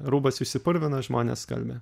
rūbas išsipurvina žmonės skalbia